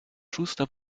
szósta